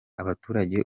abaturage